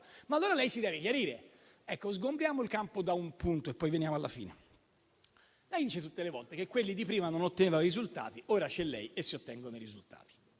ma allora lei si deve chiarire. Sgombriamo il campo da un punto e poi veniamo alla fine. Lei dice tutte le volte che quelli di prima non ottenevano risultati; ora c'è lei e si ottengono i risultati.